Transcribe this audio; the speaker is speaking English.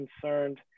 concerned